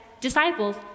disciples